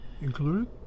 included